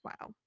Wow